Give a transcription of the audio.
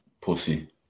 Pussy